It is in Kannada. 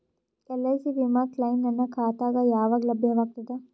ಎಲ್.ಐ.ಸಿ ವಿಮಾ ಕ್ಲೈಮ್ ನನ್ನ ಖಾತಾಗ ಯಾವಾಗ ಲಭ್ಯವಾಗತದ?